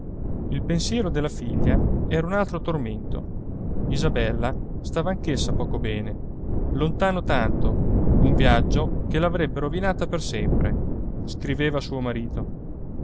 il pensiero della figlia era un altro tormento isabella stava anch'essa poco bene lontano tanto un viaggio che l'avrebbe rovinata per sempre scriveva suo marito